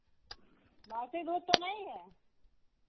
बासी दूध तो नहीं है